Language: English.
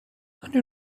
under